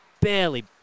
barely